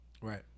Right